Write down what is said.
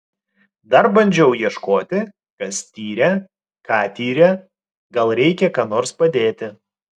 dar bandžiau ieškoti kas tyrė ką tyrė gal reikia ką nors padėti